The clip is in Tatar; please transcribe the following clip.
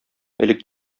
элек